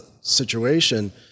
situation